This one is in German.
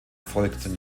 folgten